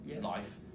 life